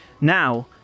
Now